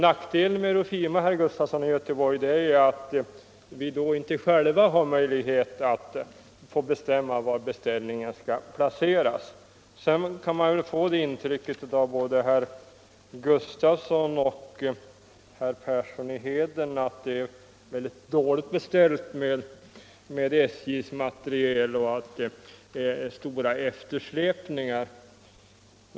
Nackdelen med EUROFIMA, herr Gustafson i Göteborg, är att vi då inte själva har möjlighet att bestämma var beställningen skall placeras. Sedan kan man få det intrycket av både herr Gustafson i Göteborg och herr Persson i Heden att det är dåligt beställt med SJ:s materiel och att det är stora eftersläpningar.